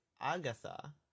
agatha